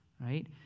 right